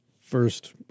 First